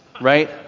right